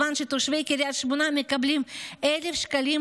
בזמן שתושבי קריית שמונה מקבלים 1,000 שקלים